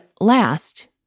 last